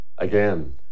Again